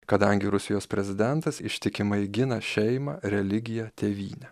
kadangi rusijos prezidentas ištikimai gina šeimą religiją tėvynę